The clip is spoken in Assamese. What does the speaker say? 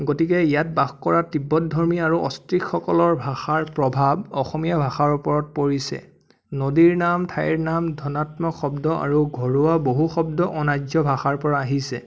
গতিকে ইয়াত বাস কৰা তিব্বত ধৰ্মী আৰু অষ্ট্ৰিকসকলৰ ভাষাৰ প্ৰভাৱ অসমীয়া ভাষাৰ ওপৰত পৰিছে নদীৰ নাম ঠাইৰ নাম ধনাত্মক শব্দ আৰু ঘৰুৱা বহু শব্দ অনাৰ্য ভাষাৰ পৰা আহিছে